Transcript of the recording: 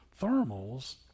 Thermals